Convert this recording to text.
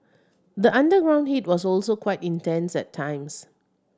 the underground heat was also quite intense at times